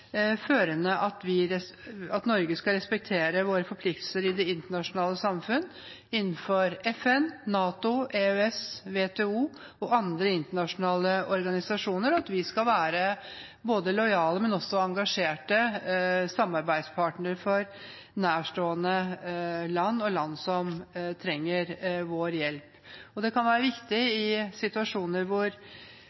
førende at Norge skal respektere sine forpliktelser i det internasjonale samfunn, innenfor FN, NATO, EØS, WTO og andre internasjonale organisasjoner, og at vi skal være både lojale og engasjerte samarbeidspartnere for nærstående land og for land som trenger vår hjelp. Det kan være viktig